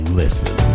listen